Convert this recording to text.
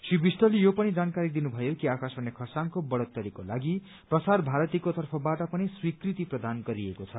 श्री विष्टले यो पनि जानकारी दिनुथयो कि आकाशवाणी खरसाङको बढ़ोत्तरीको लागि प्रसार भारतीको तर्फबाट पनि स्वीकृति प्रदान गरिएको छ